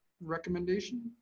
recommendation